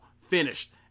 finished